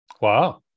Wow